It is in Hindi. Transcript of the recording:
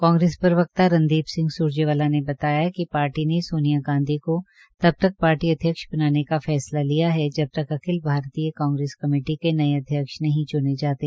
कांग्रेस प्रवक्ता रणदीप सिंह सुरजेवाला ने बताया कि पार्टी ने सोनिया गांधी को तब तक पार्टी अध्यक्ष बनाने का फैसला लिया है जब तक अखिल भारतीय कांग्रेस कमेटी के नये अध्यक्ष नहीं चुने जाते